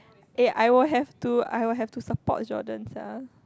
eh I will have to I will have to support Jordan sia